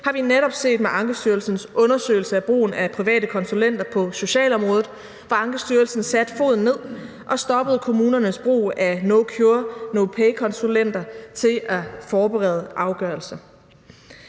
har vi netop set med Ankestyrelsens undersøgelse af brugen af private konsulenter på socialområdet, hvor Ankestyrelsen satte foden ned og stoppede kommunernes brug af no-cure-no-pay-konsulenter til at forberede afgørelser.